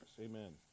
Amen